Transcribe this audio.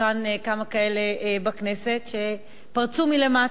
כאן עוד כמה כאלה בכנסת, שפרצו מלמטה